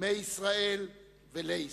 מישראל ולישראל.